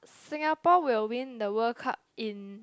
Singapore will win the World Cup in